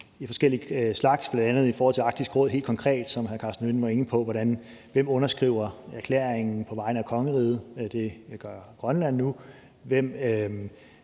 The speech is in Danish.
af forskellig slags, bl.a. helt konkret i forhold til Arktisk Råd, som hr. Karsten Hønge var inde på. Hvem underskriver erklæringen på vegne af kongeriget? Det gør Grønland nu. Hvem